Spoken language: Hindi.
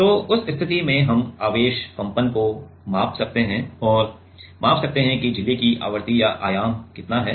तो उस स्थिति में हम आवेश कंपन को माप सकते हैं और माप सकते हैं कि झिल्ली की आवृत्ति या आयाम कितनी है